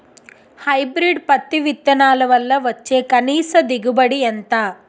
Hybrid పత్తి విత్తనాలు వల్ల వచ్చే కనీస దిగుబడి ఎంత?